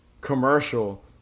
commercial